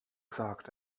sagt